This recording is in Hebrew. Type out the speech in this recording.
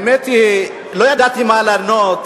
האמת היא, לא ידעתי מה לענות